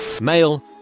male